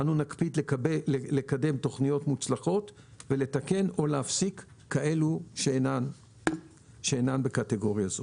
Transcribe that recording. נקפיד לקדם תוכניות מוצלחות ולתקן או להפסיק כאלו שאינן בקטגוריה זו.